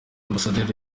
ambasaderi